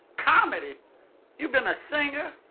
comedy you've been a singer.